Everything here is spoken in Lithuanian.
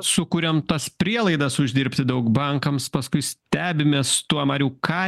sukuriam tas prielaidas uždirbti daug bankams paskui stebimės tuo mariau ką